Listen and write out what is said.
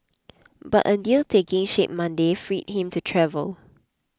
but a deal taking shape Monday freed him to travel